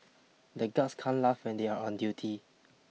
the guards can't laugh when they are on duty